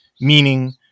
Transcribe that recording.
meaning –